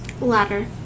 Ladder